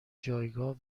جایگاه